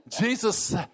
Jesus